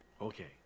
Okay